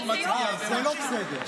זה לא בסדר.